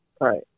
Right